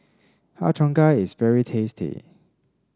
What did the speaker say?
Har Cheong Gai is very tasty